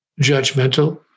judgmental